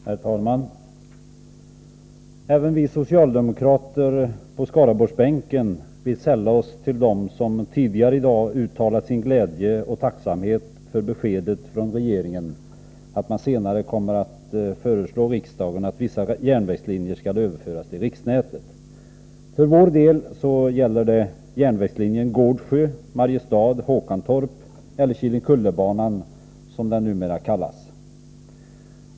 Herr talman! Även vi socialdemokrater på Skaraborgsbänken vill sälla oss till dem som tidigare i dag har uttalat glädje och tacksamhet över beskedet från regeringen om att man senare kommer att föreslå att vissa järnvägslinjer skall överföras till riksnätet. För vår del gäller det järnvägslinjen Gårdsjö Mariestad-Håkantorp, eller Kinnekullebanan, som den numera kallas.